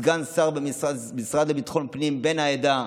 סגן השר במשרד לביטחון הפנים הוא בן העדה,